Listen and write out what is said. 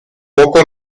poco